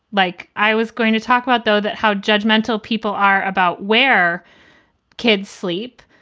like i was going to talk about, though, that how judgmental people are about where kids sleep.